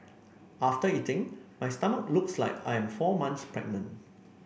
after eating my stomach looks like I am four months pregnant